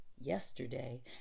yesterday